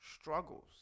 struggles